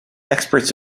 experts